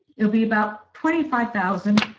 it'll be about twenty five thousand